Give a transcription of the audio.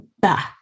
bah